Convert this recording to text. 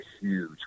huge